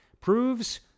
proves